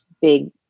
big